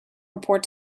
report